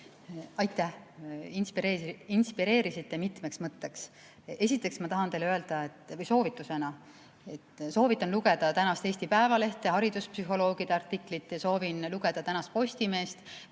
Aitäh! Inspireerisite mitmeks mõtteks. Esiteks ma tahan teile öelda, et soovitan lugeda tänast Eesti Päevalehte, hariduspsühholoogide artiklit, ja soovitan lugeda tänast Postimeest,